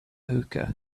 hookah